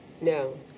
No